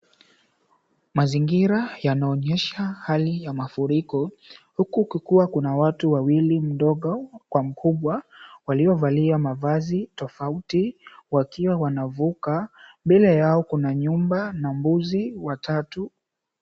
Mazingira yanaonyesha hali ya mafuriko huku kukiwa na watu wawili mdogo kwa mkubwa waliovalia mavazi tofauti wakiwa wanavuka mbele yao kuna nyumba na mbuzi watatu.